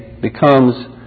becomes